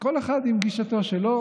כל אחד עם גישתו שלו.